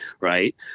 Right